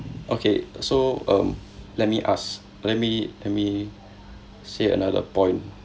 okay so um let me ask let me let me say another point